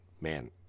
man